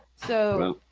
so